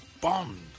Bond